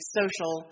social